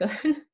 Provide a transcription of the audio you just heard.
good